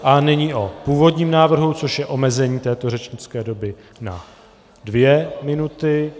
A nyní o původním návrhu, což je omezení této řečnické doby na dvě minuty.